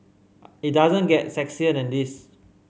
it doesn't get sexier than this